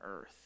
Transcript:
earth